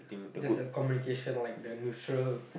just like communication like the neutral